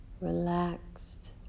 relaxed